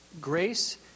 grace